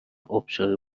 ابشار